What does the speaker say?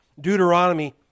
Deuteronomy